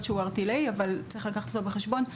שהוא ערטילאי אבל צריך לקחת אותו בחשבון.